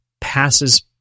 passes